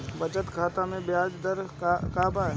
बचत खाता मे ब्याज दर का बा?